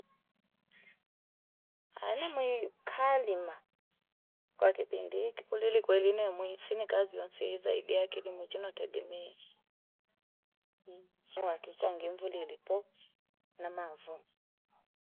Anamwi kalima kwa kipindi hiki kulili kweli nemwe isine kazi wanse zaidi ya kilimo chi na tegemea, mmm ngi uwakika ngimvulile po na maavuno.